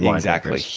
yeah exactly.